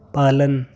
पालन